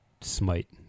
smite